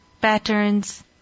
patterns